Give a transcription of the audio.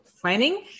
planning